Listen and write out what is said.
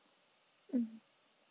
mm